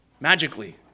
magically